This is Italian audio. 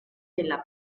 della